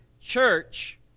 church